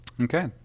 Okay